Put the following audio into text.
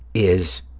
is